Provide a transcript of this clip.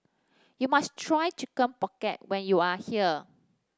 you must try Chicken Pocket when you are here